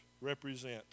represent